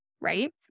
right